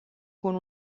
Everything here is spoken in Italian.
con